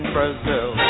Brazil